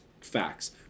Facts